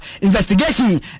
investigation